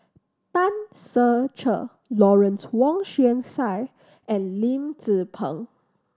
Tan Ser Cher Lawrence Wong Shyun Tsai and Lim Tze Peng